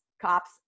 cops